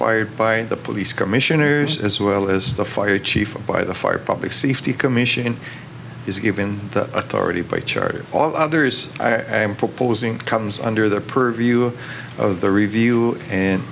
fired by the police commissioners as well as the fire chief by the fire public safety commission is given the authority by charter all others i am proposing comes under the purview of the review and